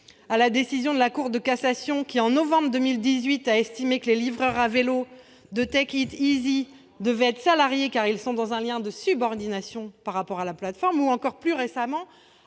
à la décision de la Cour de cassation, qui, au mois de novembre 2018, a estimé que les livreurs à vélo de Take Eat Easy devaient être salariés, car ils sont dans un lien de subordination par rapport à la plateforme, ou, plus récemment